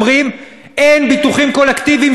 4955,